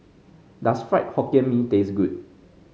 does Fried Hokkien Mee taste good